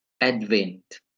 Advent